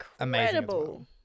incredible